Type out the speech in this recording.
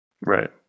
right